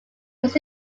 was